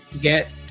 get